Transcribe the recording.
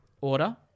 Order